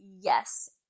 yes